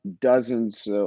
dozens